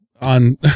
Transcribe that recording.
On